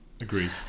agreed